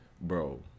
bro